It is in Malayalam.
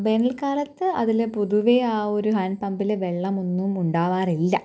വേനൽക്കാലത്ത് അതില് പൊതുവെ ആ ഒരു ഹാൻ പമ്പില് വെള്ളം ഒന്നും ഉണ്ടാവാറില്ല